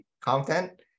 content